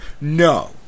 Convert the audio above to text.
No